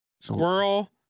Squirrel